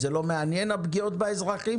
תודה רבה אדוני היושב ראש,